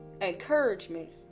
encouragement